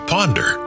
Ponder